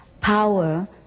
power